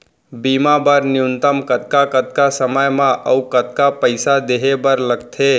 बीमा बर न्यूनतम कतका कतका समय मा अऊ कतका पइसा देहे बर लगथे